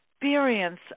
experience